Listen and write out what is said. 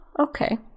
okay